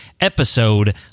episode